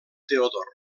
teodor